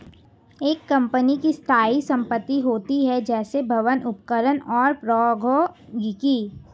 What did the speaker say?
एक कंपनी की स्थायी संपत्ति होती हैं, जैसे भवन, उपकरण और प्रौद्योगिकी